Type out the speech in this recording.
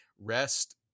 Rest